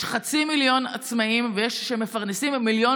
יש חצי מיליון עצמאים שמפרנסים מיליון